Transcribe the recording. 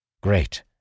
Great